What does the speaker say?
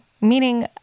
meaning